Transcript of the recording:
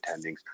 attendings